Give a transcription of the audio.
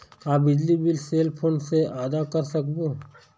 का बिजली bill cell phone से आदा कर सकबो?